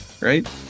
Right